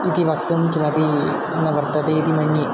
इति वक्तुं किमपि न वर्तते इति मन्ये